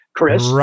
Chris